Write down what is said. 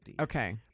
Okay